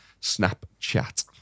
Snapchat